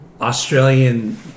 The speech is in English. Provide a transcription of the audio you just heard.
australian